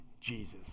Jesus